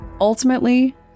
Ultimately